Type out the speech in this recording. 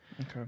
Okay